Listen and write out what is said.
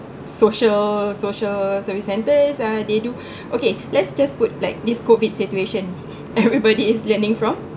social social service centres uh they do okay let's just put like this COVID situation everybody is learning from